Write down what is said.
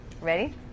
Ready